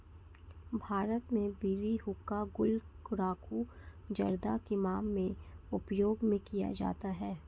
भारत में बीड़ी हुक्का गुल गुड़ाकु जर्दा किमाम में उपयोग में किया जाता है